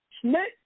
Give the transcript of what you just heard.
Smith